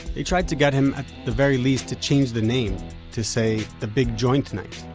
they tried to get him, at the very least, to change the name to, say, the big joint night.